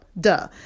duh